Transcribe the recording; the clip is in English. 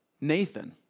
Nathan